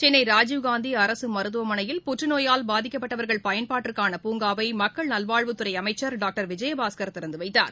சென்னை ராஜீவ்காந்தி அரசு மருத்துவமனையில் புற்றுநோயால் பாதிக்கப்பட்டவர்கள் பயன்பாட்டிற்னன பூங்காவை மக்கள் நல்வாழ்வுத் துறை அமைச்சர் டாக்டர் விஜயபாஸ்கர் திறந்து வைத்தார்